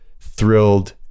thrilled